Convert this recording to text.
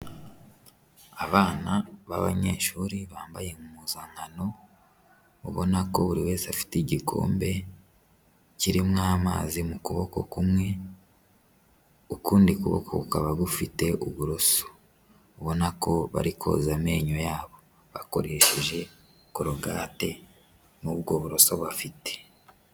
Abana b'abanyeshuri bambaye umpuzankano ubona ko buri wese afite igikombe kiririmo amazi mu kuboko kumwe, ukundi kuboko kukaba gufite uburoso, ubona ko bari koza amenyo yabo bakoresheje corogate n'ubwo buroso bafite.